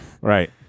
Right